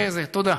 תודה.